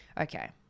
Okay